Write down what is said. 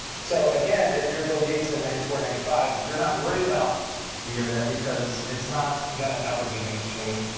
so again, if you're bill gates in ninety four, ninety five, you're not worried about the internet, because it's not going to ever be mainstream.